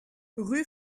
rue